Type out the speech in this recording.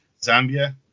Zambia